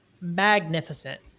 magnificent